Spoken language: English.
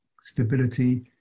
stability